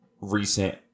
recent